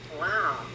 Wow